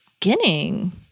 beginning